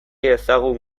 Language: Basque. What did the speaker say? ezagun